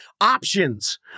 Options